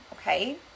Okay